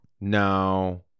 No